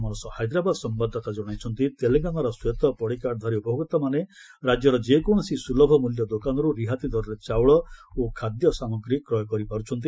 ଆମର ହାଇଦ୍ରାବାଦ ସମ୍ଭାଦଦାତା ଜଣାଇଛନ୍ତି ତେଲଙ୍ଗାନାର ଶ୍ୱେତ ପଡ଼ିକାର୍ଡ଼ଧାରୀ ଉପଭୋକ୍ତମାନେ ରାଜ୍ୟର ଯେକୌଣସି ସୁଲଭ ମୂଲ୍ୟ ଦୋକାନରୁ ରିହାତି ଦରରେ ଚାଉଳ ଓ ଖାଦ୍ୟ ସାମଗ୍ରୀ କ୍ରୟ କରିପାରୁଛନ୍ତି